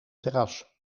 terras